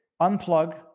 Unplug